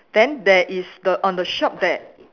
then there is the on the shop there